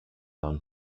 non